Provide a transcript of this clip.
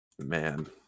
Man